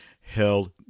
held